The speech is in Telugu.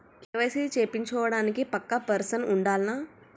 కే.వై.సీ చేపిచ్చుకోవడానికి పక్కా పర్సన్ ఉండాల్నా?